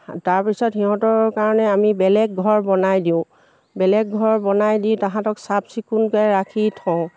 তাৰপিছত সিহঁতৰ কাৰণে আমি বেলেগ ঘৰ বনাই দিওঁ বেলেগ ঘৰ বনাই দি তাহাঁতক চাফচিকুণকৈ ৰাখি থওঁ